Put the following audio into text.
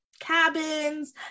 cabins